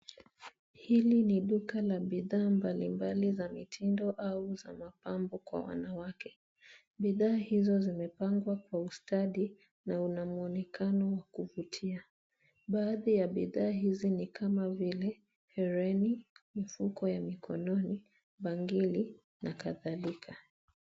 Hili ni duka la bidhaa mbalimbali za mitindo au za mapambo kwa wanawake. Bidhaa hizo zimepangwa kwa ustadi na ina muonekano wa kuvutia. Baadhi ya bidhaa hizo ni kama vile herini, mifuko ya mikononi, bangili na kadhalika.